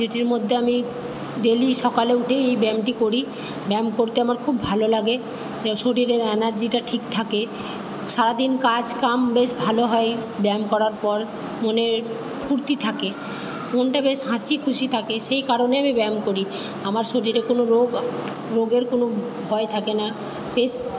যেটির মধ্যে আমি ডেলি সকালে উটেই এই ব্যায়ামটি করি ব্যাম করতে আমার খুব ভালো লাগে শরীরের এনার্জিটা ঠিক থাকে সারা দিন কাজ কাম বেশ ভালো হয় ব্যায়াম করার পর মনে ফুর্তি থাকে মনটা বেশ হাসি খুশি থাকে সেই কারণে আমি ব্যায়াম করি আমার শরীরে কোনো রোগ রোগের কোনো ভয় থাকে না বেশ